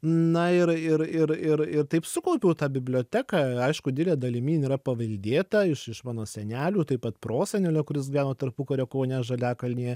na ir ir ir ir ir taip sukaupiau tą biblioteką aišku didele dalimi jin yra paveldėta iš iš mano senelių taip pat prosenelio kuris gyveno tarpukario kaune žaliakalnyje